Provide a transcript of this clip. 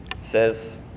says